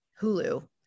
Hulu